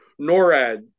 NORAD